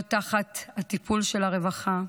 להיות בטיפול של הרווחה.